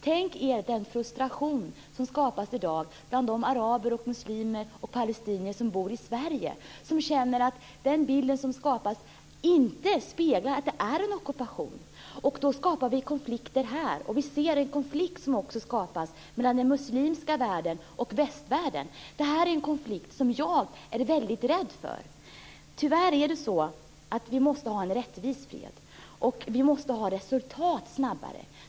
Tänk er den frustration som i dag skapas bland de araber, muslimer och palestinier som bor i Sverige som känner att den här bilden inte speglar att det är en ockupation. Då skapar vi konflikter här. Och vi ser en konflikt som skapas mellan den muslimska världen och västvärlden. Det är en konflikt som jag är väldigt rädd för. Tyvärr måste vi ha en rättvis fred, och vi måste ha resultat snabbare.